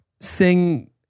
Sing